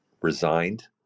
resigned